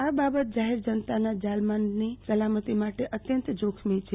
આ બાબત જાહેર જનતાના જાન માલની સલામતી માટે અત્યંત જોખમી છે